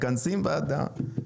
מכנסים ועדה.